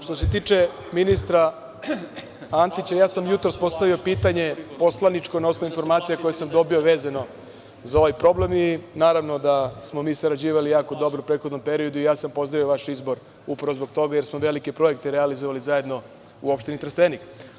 Što se tiče ministra Antića, ja sam jutros postavio pitanje poslaničko na osnovu informacija koje sam dobio, a vezano za ovaj problem i naravno da smo mi sarađivali jako dobro u prethodnom periodu i ja sam pozdravio vaš izbor upravo zbog toga jer smo velike projekte realizovali zajedno u opštini Trstenik.